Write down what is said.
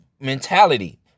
mentality